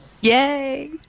Yay